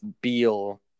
Beal